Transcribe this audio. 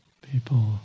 people